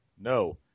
No